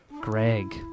Greg